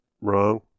wrong